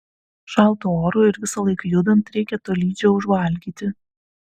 šaltu oru ir visąlaik judant reikia tolydžio užvalgyti